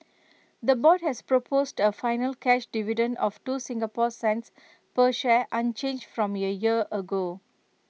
the board has proposed A final cash dividend of two Singapore cents per share unchanged from A year ago